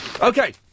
Okay